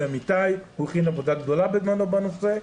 אמיתי שהכין בזמנו עבודה גדולה בנושא.